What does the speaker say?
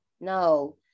No